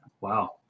Wow